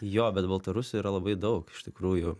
jo bet baltarusių yra labai daug iš tikrųjų